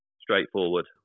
straightforward